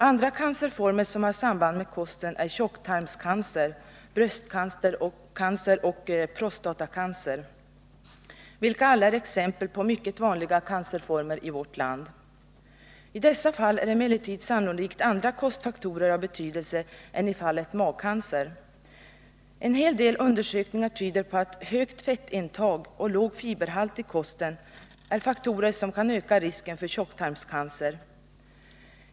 Andra cancerformer som har samband med kosten är tjocktarmscancer, bröstcancer och prostatacancer, vilka alla är exempel på mycket vanliga cancerformer i vårt land. I dessa fall är emellertid sannolikt andra kostfaktorer av betydelse än i fallet magcancer. En hel del undersökningar tyder på att högt fettintag och låg fiberhalt i kosten är faktorer som kan öka risken för tjocktarmscancer.